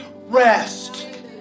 rest